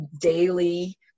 daily